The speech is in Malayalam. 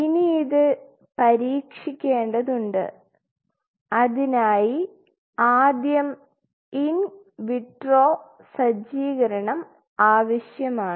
ഇനി ഇത് പരീക്ഷിക്കേണ്ടതുണ്ട് അതിനായി ആദ്യം ഇൻ വിട്രോ സജ്ജീകരണം ആവശ്യമാണ്